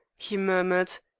he murmured.